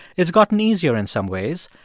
it's gotten easier in some ways.